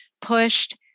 pushed